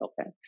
Okay